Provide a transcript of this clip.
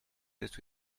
that